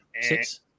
six